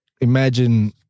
imagine